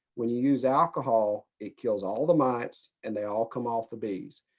when you use alcohol, it kills all the mites and they all come off the bees.